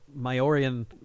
Maorian